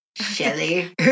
Shelly